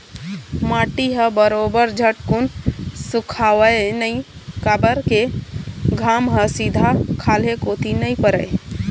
माटी ह बरोबर झटकुन सुखावय नइ काबर के घाम ह सीधा खाल्हे कोती नइ परय